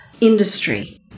industry